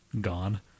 Gone